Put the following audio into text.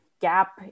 gap